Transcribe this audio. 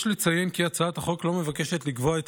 יש לציין כי הצעת החוק לא מבקשת לקבוע את